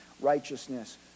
righteousness